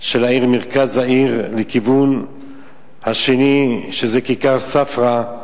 של העיר, מרכז העיר, לכיוון השני, שזה כיכר ספרא,